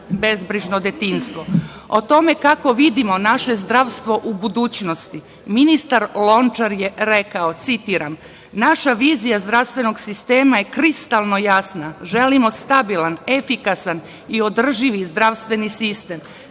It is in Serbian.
tome kako vidimo naše zdravstvo u budućnosti, ministar Lončar je rekao, citiram: „Naša vizija zdravstvenog sistema je kristalno jasna. Želimo stabilan, efikasan i održivi zdravstveni sistem,